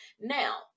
now